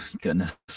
goodness